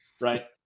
right